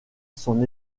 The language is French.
son